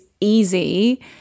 easy